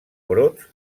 brots